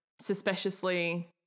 suspiciously